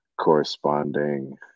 corresponding